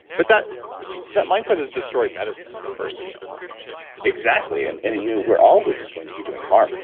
but that that mindset has destroyed medicine the first, do no harm exactly. and and yeah we're always going to be doing harm.